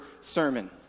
sermon